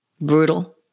brutal